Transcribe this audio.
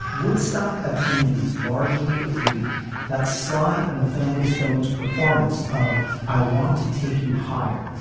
woodstock attendees largely agreed that sly and the family stone's performance of i want to take you higher.